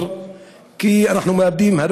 אנחנו מאבדים,